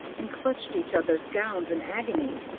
and clutched each other's gowns in agony.